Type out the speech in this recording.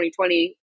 2020